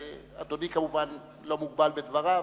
אדוני כמובן לא מוגבל בדבריו,